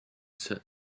set